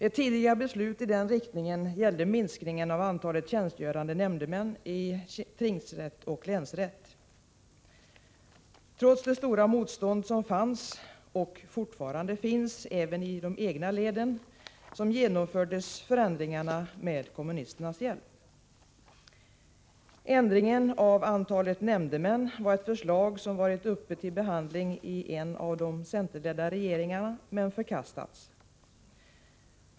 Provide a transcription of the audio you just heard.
Ett tidigare beslut i den riktningen gällde minskningen av antalet tjänstgörande nämndemän i tingsrätt och länsrätt. Trots det stora motstånd som fanns och fortfarande finns även i de egna leden genomfördes förändringarna med kommunisternas hjälp. Ändringen av antalet nämndemän var ett förslag som varit uppe till behandling i en av de centerledda regeringarna men förkastats.